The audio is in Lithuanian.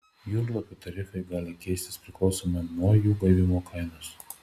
jūrlapių tarifai gali keistis priklausomai nuo jų gavimo kainos